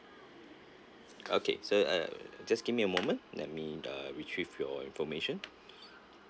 okay sir uh just give me a moment let me retrieve your information